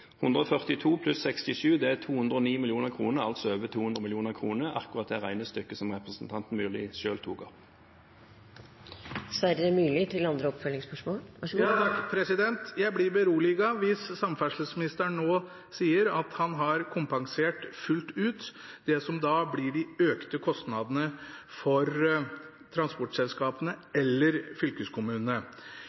er 209 mill. kr, altså over 200 mill. kr – akkurat det regnestykket som representanten Myrli selv tok opp. Jeg blir beroliget hvis samferdselsministeren nå sier at han har kompensert fullt ut det som da blir de økte kostnadene for transportselskapene eller fylkeskommunene.